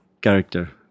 character